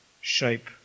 shape